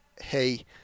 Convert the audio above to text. hey